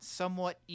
somewhat